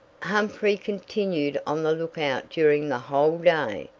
humphrey continued on the look-out during the whole day,